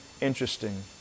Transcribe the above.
interesting